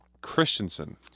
Christensen